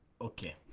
Okay